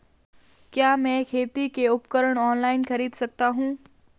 क्या मैं खेती के उपकरण ऑनलाइन खरीद सकता हूँ?